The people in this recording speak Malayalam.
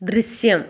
ദൃശ്യം